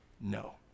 No